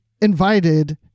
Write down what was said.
invited